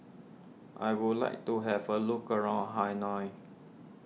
I would like to have a look around Hanoi